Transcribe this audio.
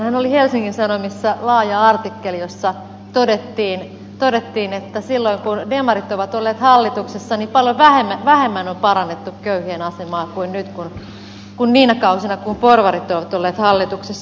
äskettäinhän oli helsingin sanomissa laaja artikkeli jossa todettiin että silloin kun demarit ovat olleet hallituksessa paljon vähemmän on parannettu köyhien asemaa kuin nyt kuin niinä kausina kun porvarit ovat olleet hallituksessa